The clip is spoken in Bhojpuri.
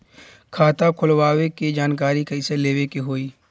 खाता खोलवावे के जानकारी कैसे लेवे के होई?